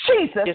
Jesus